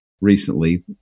recently